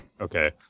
Okay